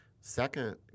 Second